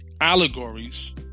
allegories